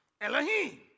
Elohim